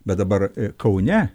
bet dabar kaune